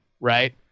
Right